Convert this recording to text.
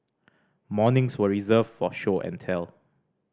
mornings were reserved for show and tell